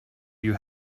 you